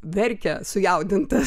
verkia sujaudintas